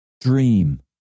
dream